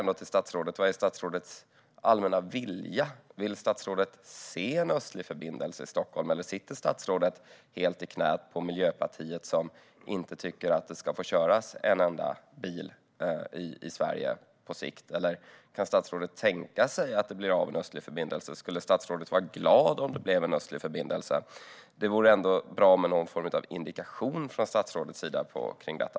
Vad är statsrådets allmänna vilja? Vill statsrådet se en östlig förbindelse i Stockholm, eller sitter statsrådet helt i knät på Miljöpartiet, som tycker att det på sikt inte ska köras en enda bil i Sverige? Kan statsrådet tänka sig att det ska bli en östlig förbindelse? Skulle statsrådet bli glad om det blev en östlig förbindelse? Det vore ändå bra med någon form av indikation från statsrådets sida om detta.